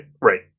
right